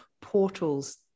portals